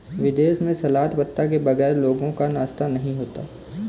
विदेशों में सलाद पत्ता के बगैर लोगों का नाश्ता ही नहीं होता